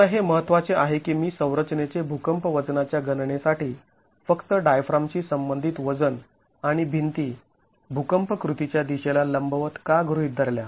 आता हे महत्त्वाचे आहे की मी संरचनेचे भूकंप वजनाच्या गणनेसाठी फक्त डायफ्रामशी संबंधित वजन आणि भिंती भूकंप कृतीच्या दिशेला लंबवत का गृहीत धरल्या